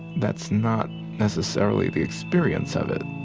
that's not necessarily the experience of it